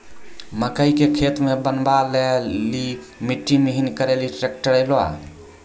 मकई के खेत बनवा ले ली मिट्टी महीन करे ले ली ट्रैक्टर ऐलो?